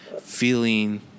feeling